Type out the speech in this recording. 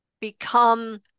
become